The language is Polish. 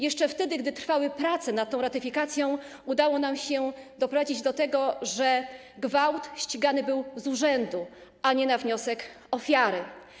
Jeszcze gdy trwały prace nad tą ratyfikacją, udało nam się doprowadzić do tego, że gwałt ścigany był z urzędu, a nie na wniosek ofiary.